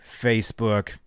facebook